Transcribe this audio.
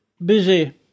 Busy